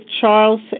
Charles